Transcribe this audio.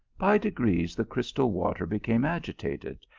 by degrees the crystal water became agi tated,